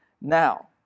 now